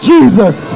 Jesus